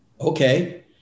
okay